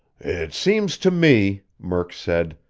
it seems to me, murk said,